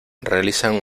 realizan